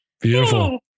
Beautiful